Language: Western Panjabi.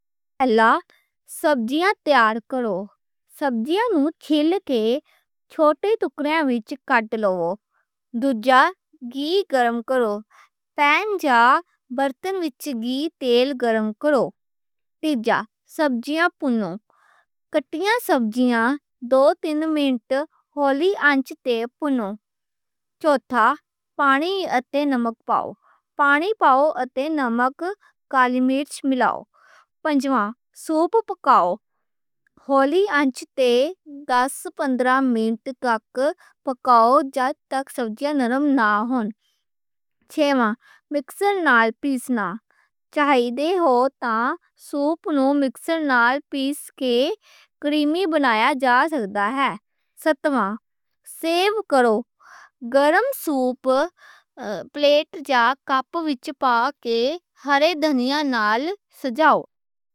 پلا، سبزیاں تیار کر لو۔ سبزیاں نوں چھیل کے چھوٹے ٹکڑے کاٹ لو۔ پین جا برتن وچ تیل یا گھی گرم کرو۔ سبزیاں پاؤ۔ کٹیاں سبزیاں دو-تِن منٹ ہولی آنچ تے پکاؤ۔ تھوڑا پانی پاؤ تے نمک، کالی مرچ ملاؤ۔ کھولیاں تے گیس ہولی کر کے پندرہ منٹ تک پکاؤ۔ سُوپ نوں مکسّر نال پیس کے کریمی بنایا جا سکتا ہے۔ گرم سُوپ پلیٹ یا کپ وچ پا کے ہرا دھنیا نال سجاؤ۔